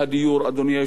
אדוני היושב-ראש,